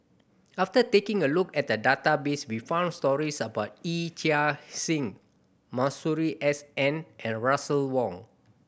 after taking a look at the database we found stories about Yee Chia Hsing Masuri S N and Russel Wong